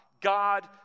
God